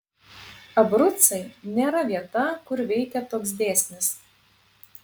abrucai nėra vieta kur veikia toks dėsnis